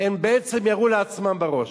הם בעצם ירו לעצמם בראש,